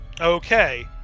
Okay